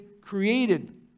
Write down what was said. created